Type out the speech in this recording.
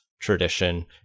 tradition